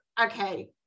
okay